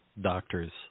doctors